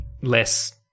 less